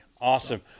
Awesome